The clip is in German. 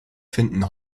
finden